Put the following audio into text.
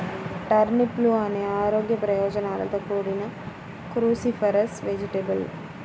టర్నిప్లు అనేక ఆరోగ్య ప్రయోజనాలతో కూడిన క్రూసిఫరస్ వెజిటేబుల్